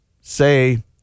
say